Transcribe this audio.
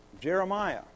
Jeremiah